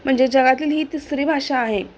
म्हणजे जगातील ही तिसरी भाषा आहे